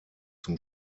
zum